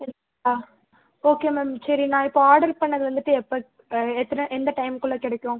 சரி okay ma'am சரி நான் இப்போது ஆர்டர் பண்ணது வந்துட்டு எப்போ எத்தனை எந்த டைமுக்குள்ளே கிடைக்கும்